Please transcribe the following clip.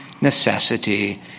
necessity